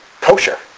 kosher